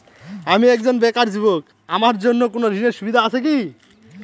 আমি একজন বেকার যুবক আমার জন্য কোন ঋণের সুবিধা আছে কি?